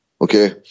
okay